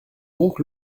donc